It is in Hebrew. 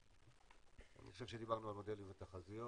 אני חושב שדיברנו על מודלים ותחזיות,